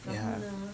然后呢